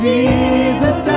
Jesus